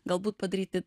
galbūt padaryti